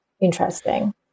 interesting